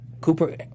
Cooper